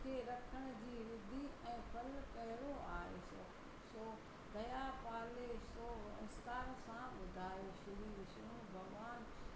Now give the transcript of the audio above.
खे रखण जी विधि ऐं फ़ल कहिड़ो आहे सो सो दया पाले सो विस्तार सां ॿुधायो श्री विष्नु भॻवान